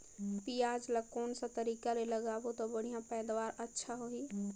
पियाज ला कोन सा तरीका ले लगाबो ता बढ़िया पैदावार अच्छा होही?